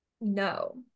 No